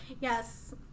Yes